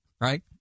right